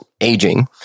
aging